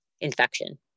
infection